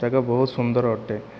ଜାଗା ବହୁତ ସୁନ୍ଦର ଅଟେ